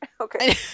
okay